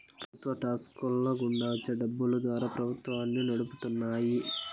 ప్రభుత్వ టాక్స్ ల గుండా వచ్చే డబ్బులు ద్వారా ప్రభుత్వాన్ని నడుపుతున్నాయి